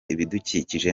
ibidukikije